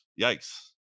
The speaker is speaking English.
yikes